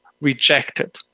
rejected